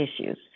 issues